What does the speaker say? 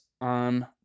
on